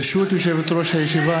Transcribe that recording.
ברשות יושבת-ראש הישיבה,